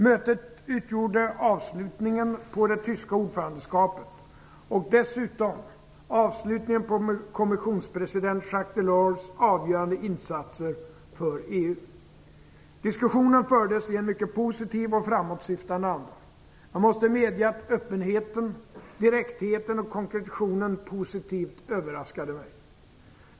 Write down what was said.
Mötet utgjorde avslutningen på det tyska ordförandeskapet, och dessutom avslutningen på kommissionspresident Jaques Delors avgörande insatser för EU. Diskussionen fördes i en mycket positiv och framåtsyftande anda. Jag måste medge att öppenheten, direktheten och konkretionen positivt överraskade mig.